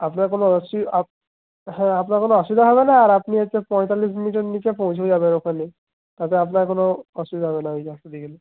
আপনার কোনও অসু আপ হ্যাঁ আপনার কোনও অসুবিধা হবেনা আর আপনি হচ্ছে পঁয়তাল্লিশ মিনিটের নিচে পৌঁছে যাবেন ওখানে তারপর আপনার কোনও অসুবিধা হবেনা ওই রাস্তা দিয়ে গেলে